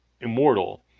immortal